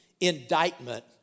indictment